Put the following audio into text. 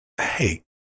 Hey